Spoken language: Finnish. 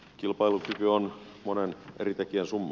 kilpailukyky on monen eri tekijän summa